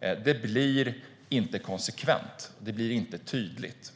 Det blir inte konsekvent. Det blir inte tydligt.